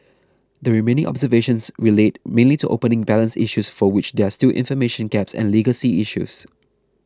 the remaining observations relate mainly to opening balance issues for which there are still information gaps and legacy issues